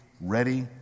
ready